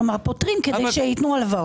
כלומר, פוטרים כדי שייתנו הלוואות.